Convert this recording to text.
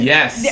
Yes